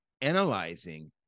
analyzing